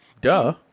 Duh